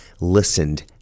listened